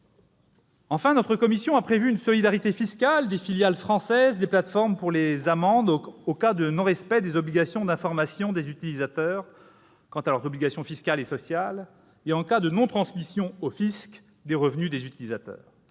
Enfin, notre commission a prévu une solidarité fiscale des filiales françaises des plateformes pour les amendes en cas de non-respect du devoir d'information des utilisateurs quant à leurs obligations fiscales et sociales et en cas de non-transmission au fisc des revenus des utilisateurs,